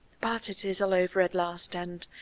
but it is all over at last and